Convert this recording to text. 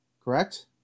Correct